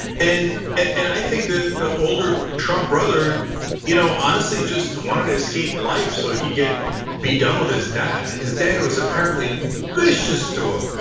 and and i think the the older trump brother you know honestly just wanted to escape life so he could be done with his dad. his dad was apparently vicious to him,